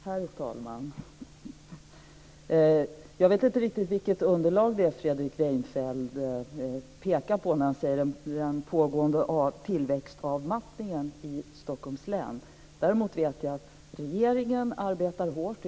Herr talman! Jag vet inte riktigt vilket underlag som Fredrik Reinfeldt stöder sig på när han talar om den pågående tillväxtavmattningen i Stockholms län. Däremot vet jag att regeringen arbetar hårt.